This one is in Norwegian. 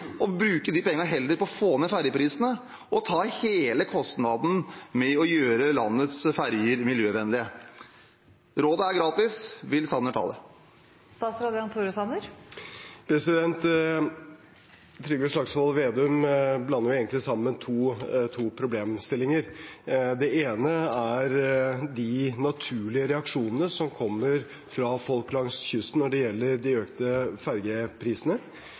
bruke de pengene på å få ned ferjeprisene og ta hele kostnaden med å gjøre landets ferjer miljøvennlige. Rådet er gratis. Vil Sanner ta det? Trygve Slagsvold Vedum blander egentlig sammen to problemstillinger. Det ene er de naturlige reaksjonene som kommer fra folk langs kysten når det gjelder de økte fergeprisene.